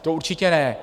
To určitě ne.